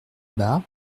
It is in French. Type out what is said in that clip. abad